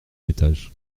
étage